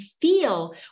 feel